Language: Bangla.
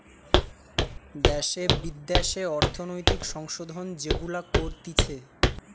দ্যাশে বিদ্যাশে অর্থনৈতিক সংশোধন যেগুলা করতিছে